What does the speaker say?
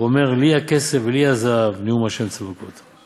ואומר 'לי הכסף ולי הזהב נאם ה' צבאות'.